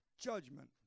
judgment